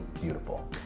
beautiful